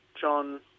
John